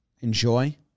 enjoy